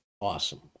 awesome